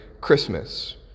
Christmas